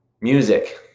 music